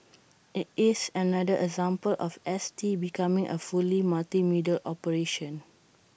IT is another example of S T becoming A fully multimedia operation